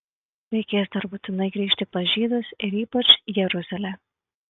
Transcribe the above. reikės dar būtinai grįžti pas žydus ir ypač jeruzalę